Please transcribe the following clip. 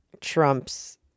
Trump's